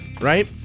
Right